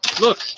Look